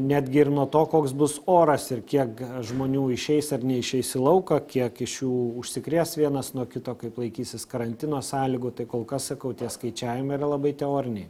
netgi ir nuo to koks bus oras ir kiek žmonių išeis ar neišeis į lauką kiek iš jų užsikrės vienas nuo kito kaip laikysis karantino sąlygų tai kol kas sakau tie skaičiavimai yra labai teoriniai